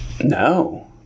No